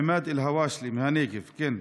עימאד אלהוושדלה מהנגב, כן.